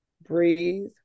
breathe